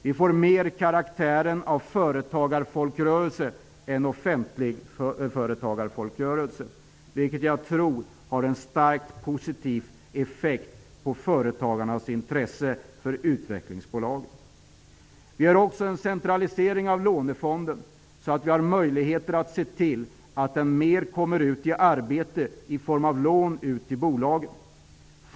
De får mer karaktär av företagarfolkrörelse och mindre karaktär av offentligföretagarrörelse. Jag tror att det har en starkt positiv effekt på företagarnas intresse för utvecklingsbolagen. Vi genomför också en centralisering av lånefonden. Då får vi möjligheter att se till att den kommer ut i arbete i form av lån till bolagen.